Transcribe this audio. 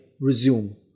resume